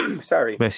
sorry